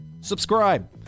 subscribe